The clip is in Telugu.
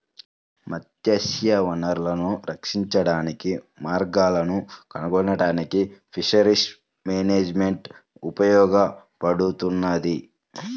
మత్స్య వనరులను రక్షించడానికి మార్గాలను కనుగొనడానికి ఫిషరీస్ మేనేజ్మెంట్ ఉపయోగపడుతుంది